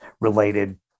related